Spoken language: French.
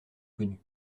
connue